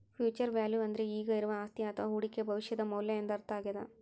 future value ಅಂದ್ರೆ ಈಗ ಇರುವ ಅಸ್ತಿಯ ಅಥವ ಹೂಡಿಕೆಯು ಭವಿಷ್ಯದ ಮೌಲ್ಯ ಎಂದರ್ಥ ಆಗ್ಯಾದ